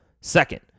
Second